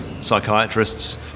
psychiatrists